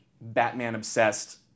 Batman-obsessed